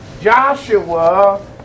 Joshua